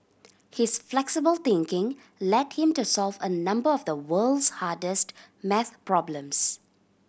his flexible thinking led him to solve a number of the world's hardest math problems